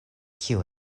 kiu